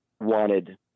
wanted